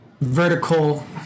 vertical